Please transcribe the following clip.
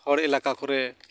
ᱦᱚᱲ ᱮᱞᱟᱠᱟ ᱠᱚᱨᱮ